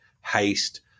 haste